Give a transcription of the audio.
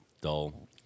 dull